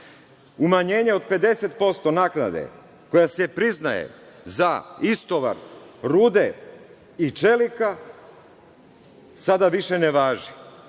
umanjenje od 50% naknade koja se priznaje za istovar rude i čelika, ona sada više ne važi.